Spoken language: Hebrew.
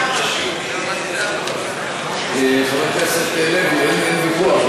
הכנסת לוי, אין ויכוח.